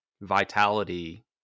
vitality